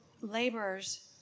laborers